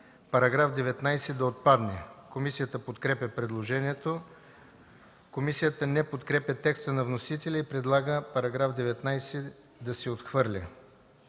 –§ 19 да отпадне. Комисията подкрепя предложението. Комисията не подкрепя текста на вносителя и предлага § 19 да се отхвърли.